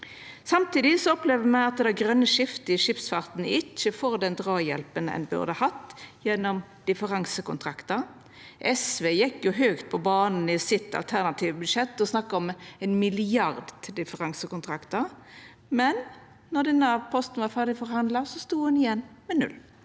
Samtidig opplever me at det grøne skiftet i skipsfarten ikkje får den draghjelpa ein burde hatt gjennom differansekontraktar. SV gjekk høgt på banen i sitt alternative budsjett og snakka om 1 mrd. kr til differansekontraktar, men då denne posten var ferdig forhandla, stod ein igjen med null.